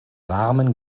warmen